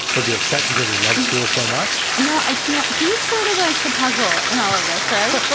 was he upset because he loved school so much? no, i can't he's sort of like the puzzle in all of this, right?